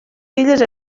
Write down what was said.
filles